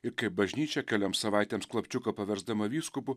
ir kaip bažnyčia kelioms savaitėms klapčiuką paversdama vyskupu